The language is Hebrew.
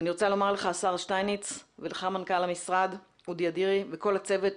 אני רוצה לומר לך השר שטייניץ ולך מנכ"ל המשרד אודי אדירי ולכל הצוות,